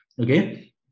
Okay